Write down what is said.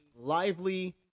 lively